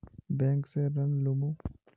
Bank से ऋण लुमू?